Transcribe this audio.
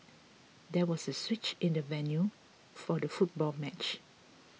there was a switch in the venue for the football match